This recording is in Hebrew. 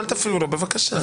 אל תפריעו לו, בבקשה.